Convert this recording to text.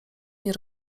nie